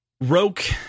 Roke